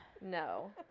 no